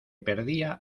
perdía